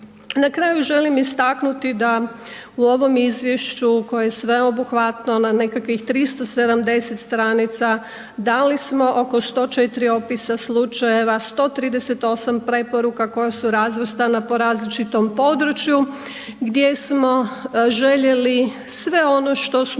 Na kraju želim istaknuti da u ovom izvješću koje je sveobuhvatno na nekakvih 370 stranica, dali smo oko 104 opisa slučajeva, 138 preporuka koje su razvrstana po različitom području, gdje smo željeli sve ono što smo